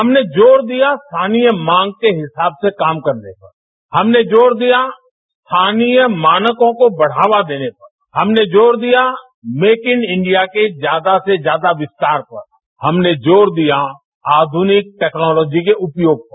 हमने जोर दिया स्थानीय मांग के हिसाब से काम करने पर हमने जोर दिया स्थानीय मानकों को बढ़ावा देने पर हमने जोर दिया मेक इन इंडिया के ज्यादा से ज्यादा विस्तार पर हमने जोर दिया आधुनिक टेक्नोलॉजी के उपयोग पर